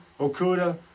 Okuda